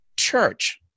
church